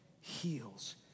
heals